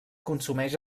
consumeix